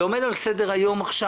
זה עומד על סדר היום עכשיו?